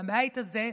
בבית הזה,